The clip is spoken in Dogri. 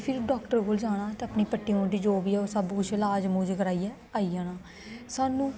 ते फिर डाॅक्टर कोल जाना ते अपनी पट्टी बगैरा जो बी ऐ ओह् सब कुछ इलाज कराइयै आई जाना सानू